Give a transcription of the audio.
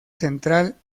central